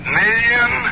million